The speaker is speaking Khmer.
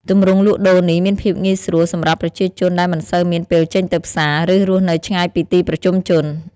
ទម្រង់លក់ដូរនេះមានភាពងាយស្រួលសម្រាប់ប្រជាជនដែលមិនសូវមានពេលចេញទៅផ្សារ ឬរស់នៅឆ្ងាយពីទីប្រជុំជន។